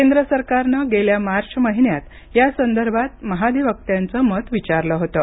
केंद्र सरकारनं गेल्या मार्च महिन्यात यासंदर्भात महाधिवक्त्यांचं मत विचारलं होतं